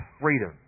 freedom